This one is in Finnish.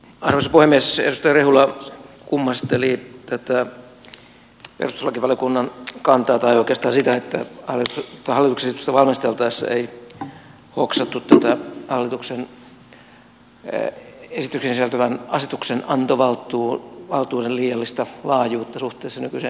edustaja rehula kummasteli tätä perustuslakivaliokunnan kantaa tai oikeastaan sitä että hallituksen esitystä valmisteltaessa ei hoksattu hallituksen esitykseen sisältyvän asetuksenantovaltuuden liiallista laajuutta suhteessa nykyiseen perustuslain tulkintaan